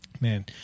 man